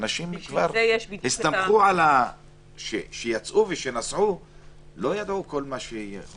כשהאנשים האלה יצאו הם לא ידעו את כל מה שיהיה.